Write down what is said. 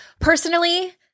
Personally